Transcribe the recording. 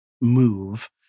move